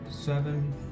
seven